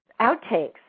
outtakes